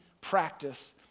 practice